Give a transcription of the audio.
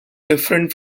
different